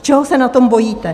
Čeho se na tom bojíte?